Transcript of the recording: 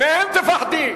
מהם תפחדי.